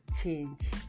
change